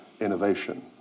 innovation